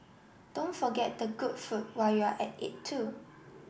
don't forget the good food while you're at it too